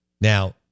Now